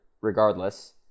regardless